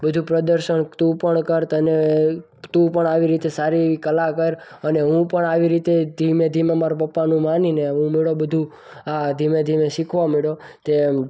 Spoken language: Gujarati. બધું પ્રદર્શન તું પણ કર તને તું પણ આવી રીતે સારી એવી કલા કર અને હું પણ આવી રીતે ધીમે ધીમે માનીને મારા પપ્પાનું માનીને હું મંડ્યો બધું ધીમે ધીમે આ બધું શીખવા મંડ્યો તેમ